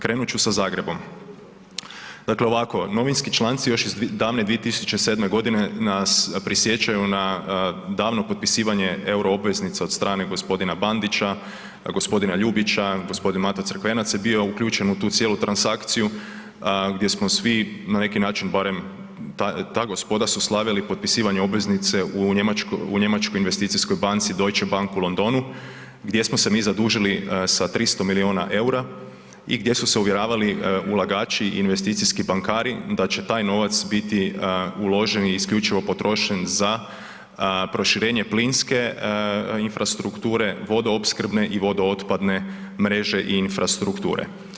Krenut ću sa Zagrebom, dakle ovako novinski članci još iz davne 2007. godine nas prisjećaju na davno potpisivanje euro obveznica od strane gospodina Bandića, gospodina Ljubića, gospodin Mato Crkvenac je bio uključen u tu cijelu transakciju gdje smo svi na neki način barem ta gospoda su slavili potpisivanje obveznice u njemačkoj investicijskoj banci, Deutschebank u Londonu gdje smo se mi zadužili sa 300 milijuna EUR-a i gdje su se uvjeravali ulagači i investicijski bankari da će taj novac biti uložen i isključivo potrošen za proširenje plinske infrastrukture, vodoopskrbne i vodootpadne mreže i infrastrukture.